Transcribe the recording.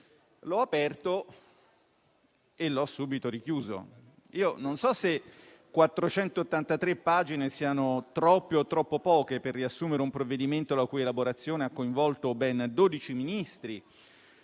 L'ho aperto e subito richiuso. Non so se 483 pagine siano troppe o troppo poche per riassumere un provvedimento la cui elaborazione ha coinvolto ben 12 Ministri,